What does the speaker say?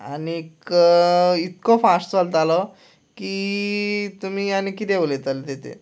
आनीक इतको फाश्ट चलतालो की तुमी आनी किदें उलयतल ताचेर